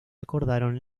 acordaron